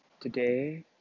Today